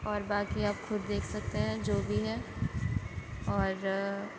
اور باقی آپ خود دیکھ سکتے ہیں جو بھی ہے اور